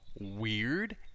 weird